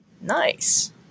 nice